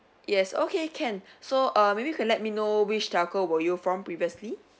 yes okay can so err maybe you could let me know which telco were you from previously